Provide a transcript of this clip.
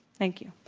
thank you.